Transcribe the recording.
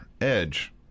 Edge